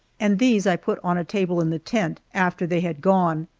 and these i put on a table in the tent, after they had gone,